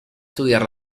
estudiar